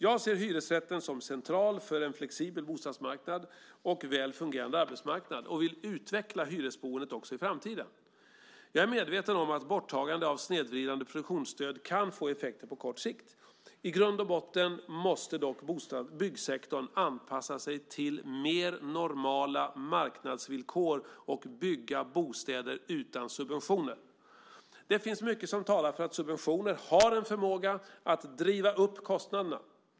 Jag ser hyresrätten som central för en flexibel bostadsmarknad och en väl fungerande arbetsmarknad och vill utveckla hyresboendet också i framtiden. Jag är medveten om att borttagandet av snedvridande produktionsstöd kan få effekter på kort sikt. I grund och botten måste dock byggsektorn anpassa sig till mer normala marknadsvillkor och bygga bostäder utan subventioner. Det finns mycket som talar för att subventioner har en förmåga att driva upp kostnaderna.